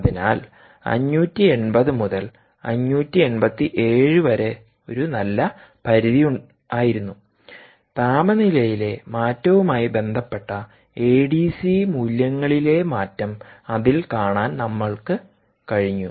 അതിനാൽ 580 മുതൽ 587 വരെ ഒരു നല്ല പരിധിയായിരുന്നു താപനിലയിലെ മാറ്റവുമായി ബന്ധപ്പെട്ട എഡിസി മൂല്യങ്ങളിലെ മാറ്റം അതിൽ കാണാൻ നമ്മൾക്ക് കഴിഞ്ഞു